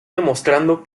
demostrando